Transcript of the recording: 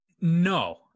no